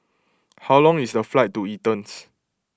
how long is the flight to Athens